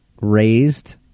raised